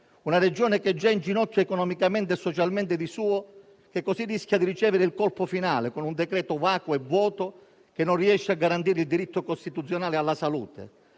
Una Regione che è già in ginocchio economicamente e socialmente di suo, rischia così di ricevere il colpo finale con un decreto vacuo e vuoto che non riesce a garantire il diritto costituzionale alla salute,